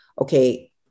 okay